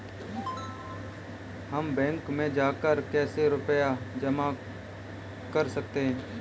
हम बैंक में जाकर कैसे रुपया जमा कर सकते हैं?